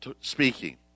speaking